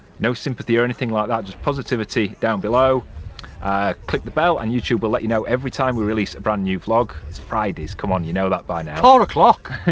no sympathy or anything like that just positivity down below click the bell and youtube will let you know every time we release a brand new vlog. it's friday's come on you know that by now. four o'clock